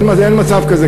אין מצב כזה.